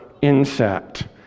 insect